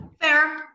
fair